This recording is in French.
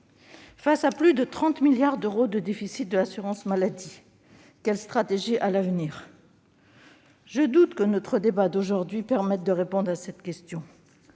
Face à plus de 30 milliards d'euros de déficit de l'assurance maladie, quelle stratégie privilégier à l'avenir ? Je doute que notre débat d'aujourd'hui permette de répondre à cette question.